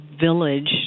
village